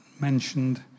mentioned